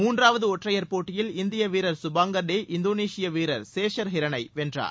மூன்றாவது ஒற்றையர் போட்டியில் இந்திய வீரர் சுபாங்கர் டே இந்தோனேஷிய வீரர் ஷேஷர் ஹிரனை வென்றார்